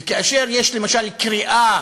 וכאשר יש, למשל, קריאה